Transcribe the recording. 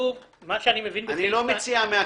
אני לא מציע מהכתוב.